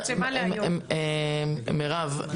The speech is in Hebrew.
--- מירב,